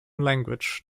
language